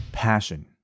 passion